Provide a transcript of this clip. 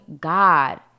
God